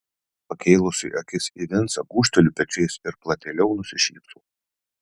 pakėlusi akis į vincą gūžteliu pečiais ir platėliau nusišypsau